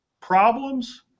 Problems